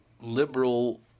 liberal